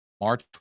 March